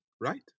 right